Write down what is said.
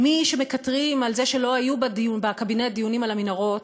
מי שמקטרים על זה שלא היו בקבינט דיונים על המנהרות,